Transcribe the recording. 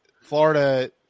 Florida